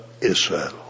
Israel